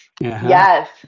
Yes